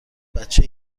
بچه